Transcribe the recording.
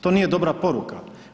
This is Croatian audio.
To nije dobra poruka.